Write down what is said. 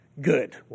good